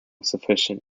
sufficient